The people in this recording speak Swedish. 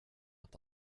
att